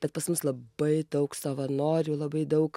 bet pas mus labai daug savanorių labai daug